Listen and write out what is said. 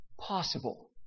possible